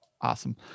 Awesome